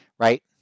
Right